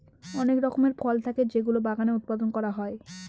অনেক রকমের ফল থাকে যেগুলো বাগানে উৎপাদন করা হয়